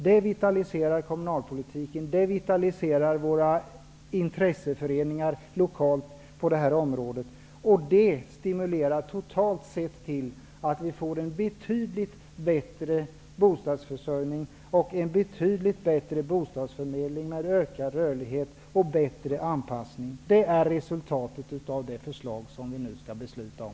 Det vitaliserar kommunalpolitiken, och det vitaliserar våra lokala intresseföreningar på området. Det stimulerar totalt sett till att vi får en betydligt bättre bostadsförsörjning och en betydligt bättre bostadsförmedling, med ökad rörlighet och bättre anpassning. Det blir resultatet av det förslag som vi nu skall besluta om.